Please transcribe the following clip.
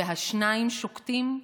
והשניים שוקטים,